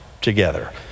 together